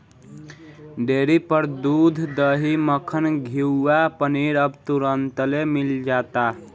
dairy पर दूध, दही, मक्खन, घीव आ पनीर अब तुरंतले मिल जाता